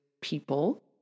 people